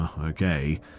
okay